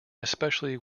especially